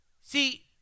See